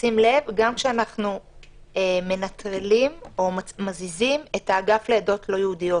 שים לב שזה גם כשאנחנו מנטרלים או מזיזים את האגף לעדות לא יהודיות,